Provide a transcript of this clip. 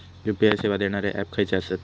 UPI सेवा देणारे app खयचे आसत?